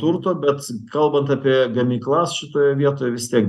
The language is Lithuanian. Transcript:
turto bet kalbant apie gamyklas šitoje vietoj vis tiek